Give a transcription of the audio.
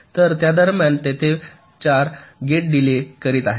तर त्या दरम्यान तेथे 4 गेट डिलेय करीत आहेत